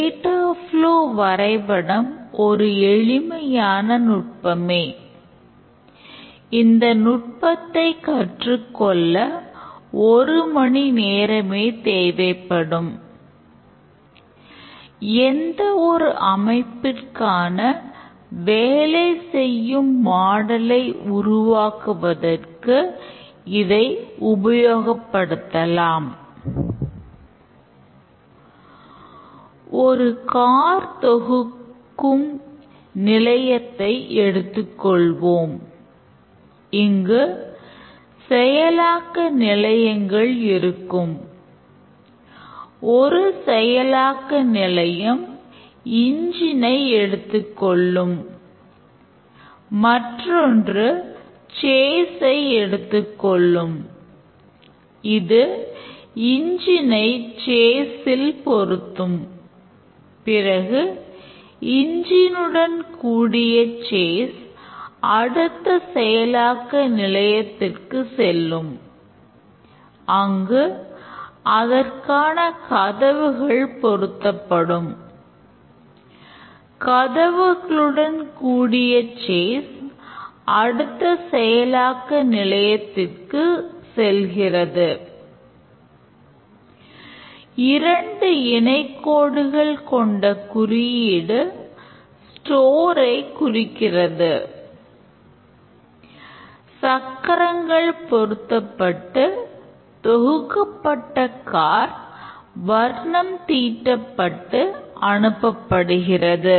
data flow உருவாக்குவதற்கு இதை உபயோகப்படுத்தலாம் ஒரு கார் வர்ணம் தீட்டப்பட்டு அனுப்பப்படுகிறது